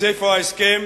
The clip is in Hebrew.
אז איפה ההסכם?